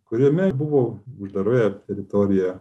kuriame buvo uždaroje teritorijoje